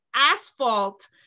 asphalt